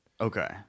okay